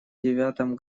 девятом